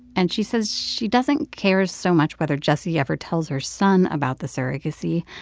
and she says she doesn't care so much whether jessie ever tells her son about the surrogacy,